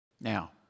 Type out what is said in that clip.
Now